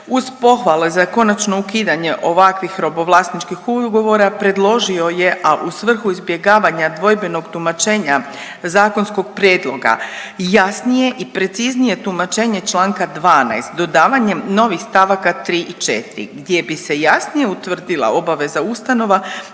uz pohvale za konačno ukidanje ovakvih robovlasničkih ugovora predložio je, a u svrhu izbjegavanja dvojbenog tumačenja zakonskog prijedloga jasnije i preciznije tumačenje Članka 12. dodavanjem novih stavaka 3. i 4. gdje bi se jasnije utvrdila obaveza ustanova